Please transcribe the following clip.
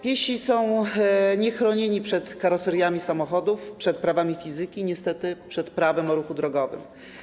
Piesi są niechronieni przed karoseriami samochodów, przed prawami fizyki i niestety przed Prawem o ruchu drogowym.